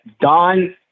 don